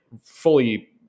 fully